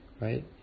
right